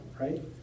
right